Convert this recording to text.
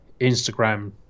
Instagram